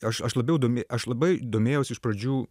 aš aš labiau domė aš labai domėjausi iš pradžių